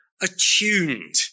attuned